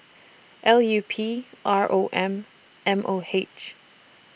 L U P R O M and M O H